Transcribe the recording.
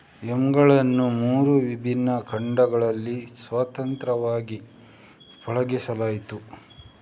ಯಾಮ್ಗಳನ್ನು ಮೂರು ವಿಭಿನ್ನ ಖಂಡಗಳಲ್ಲಿ ಸ್ವತಂತ್ರವಾಗಿ ಪಳಗಿಸಲಾಯಿತು